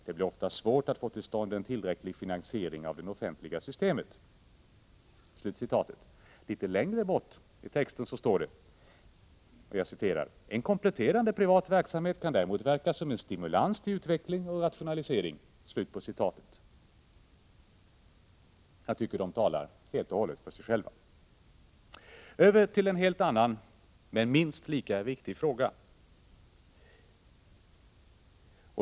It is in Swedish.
Det blir ofta svårt att få till stånd en tillräcklig finansiering av det offentliga systemet.” Litet längre bort i texten står det: ”En kompletterande privat verksamhet kan däremot verka som en stimulans till utveckling och rationalisering.” Jag tycker exemplen talar helt och hållet för sig själva. Jag går så över till en helt annan men minst lika viktig fråga.